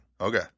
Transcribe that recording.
Okay